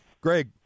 Greg